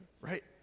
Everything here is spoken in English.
right